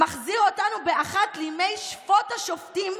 מחזיר אותנו באחת לימי 'שפוט השופטים',